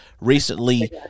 Recently